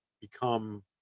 become